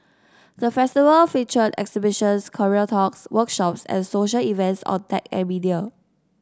the Festival featured exhibitions career talks workshops and social events on tech and media